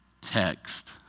text